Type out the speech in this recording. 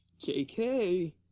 JK